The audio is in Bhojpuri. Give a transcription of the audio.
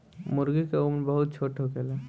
मूर्गी के उम्र बहुत छोट होखेला